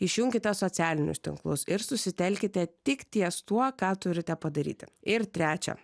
išjunkite socialinius tinklus ir susitelkite tik ties tuo ką turite padaryti ir trečia